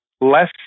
less